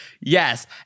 yes